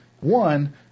one